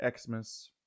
Xmas